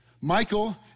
Michael